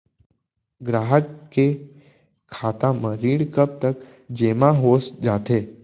ग्राहक के खाता म ऋण कब तक जेमा हो जाथे?